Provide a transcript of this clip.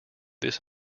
this